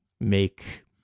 make